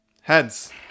Heads